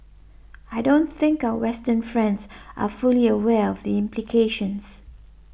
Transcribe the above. I don't think our Western friends are fully aware of the implications